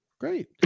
great